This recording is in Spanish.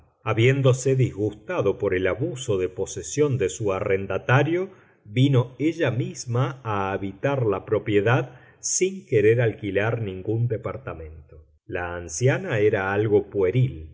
habiéndose disgustado por el abuso de posesión de su arrendatario vino ella misma a habitar la propiedad sin querer alquilar ningún departamento la anciana era algo pueril